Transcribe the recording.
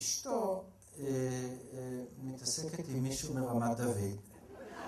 אשתו מתעסקת עם מישהו מרמת אביב